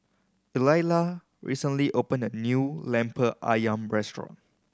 Eulalia recently opened a new Lemper Ayam restaurant